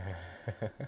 ah